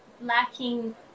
lacking